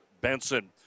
Benson